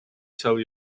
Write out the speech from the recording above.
tell